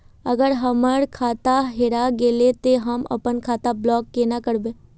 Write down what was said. अगर हमर खाता हेरा गेले ते हम अपन खाता ब्लॉक केना करबे?